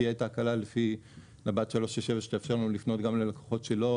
תהיה את ההקלה לפי --- שתאפשר לנו לפנות גם ללקוחות שלא